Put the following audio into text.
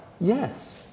yes